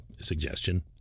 suggestion